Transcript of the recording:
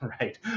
right